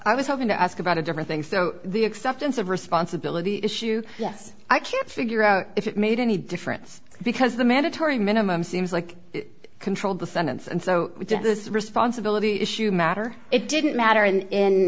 i was hoping to ask about a different thing so the acceptance of responsibility issue yes i can't figure out if it made any difference because the mandatory minimum seems like controlled the sentence and so we did this responsibility issue matter it didn't matter